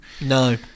No